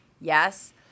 Yes